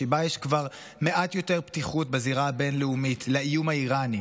שבה יש כבר מעט יותר פתיחות בזירה הבין-לאומית לאיום האיראני,